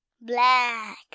black